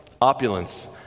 Opulence